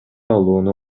алууну